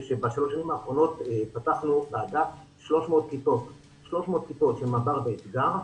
זה שבשלוש השנים האחרונות פתחנו באגף 300 כיתות של מב"ר ואתגר,